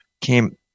Came